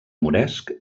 moresc